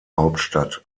hauptstadt